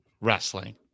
wrestling